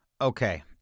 Okay